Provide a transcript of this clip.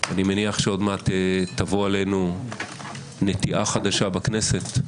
אני מניח שעוד מעט תבוא עלינו נטיעה חדשה בכנסת,